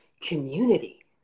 community